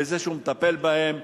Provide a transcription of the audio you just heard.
בזה שהוא מטפל בהם,